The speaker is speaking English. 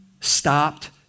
stopped